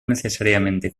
necesariamente